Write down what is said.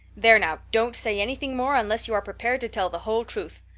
there now, don't say anything more unless you are prepared to tell the whole truth.